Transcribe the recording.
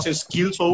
skills